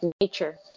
nature